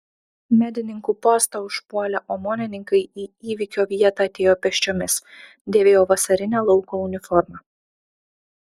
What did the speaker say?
medininkų postą užpuolę omonininkai į įvykio vietą atėjo pėsčiomis dėvėjo vasarinę lauko uniformą